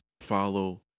follow